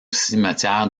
cimetière